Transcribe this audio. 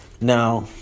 Now